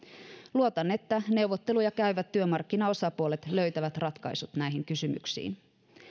luotan että neuvotteluja käyvät työmarkkinaosapuolet löytävät ratkaisut näihin kysymyksiin